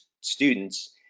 students